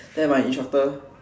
then my instructor